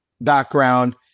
background